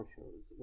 Shows